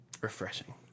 refreshing